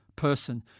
person